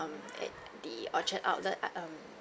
um at the orchard outlet err um